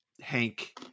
hank